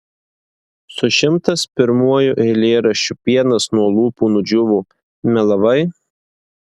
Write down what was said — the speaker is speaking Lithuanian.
su šimtas pirmuoju eilėraščiu pienas nuo lūpų nudžiūvo melavai